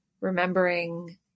Remembering